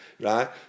right